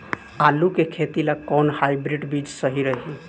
आलू के खेती ला कोवन हाइब्रिड बीज सही रही?